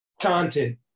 content